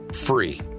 free